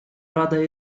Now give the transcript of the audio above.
рада